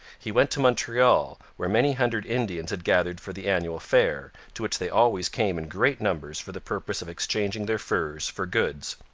he went to montreal, where many hundred indians had gathered for the annual fair, to which they always came in great numbers for the purpose of exchanging their furs for goods.